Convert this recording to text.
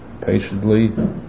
patiently